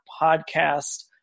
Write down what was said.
podcast